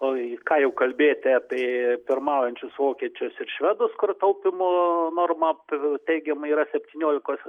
oi ką jau kalbėti apie pirmaujančius vokiečius ir švedus kur taupymo norma p teigiama yra septyniolikos